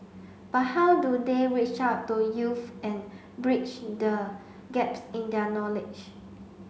but how do they reach out to youths and bridge the gaps in their knowledge